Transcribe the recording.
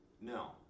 No